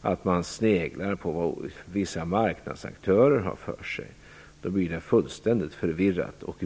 att man sneglar på vad vissa marknadsaktörer har för sig. Då blir det fullständigt förvirrat.